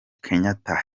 kenyatta